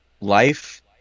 life